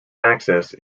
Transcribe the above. access